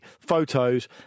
photos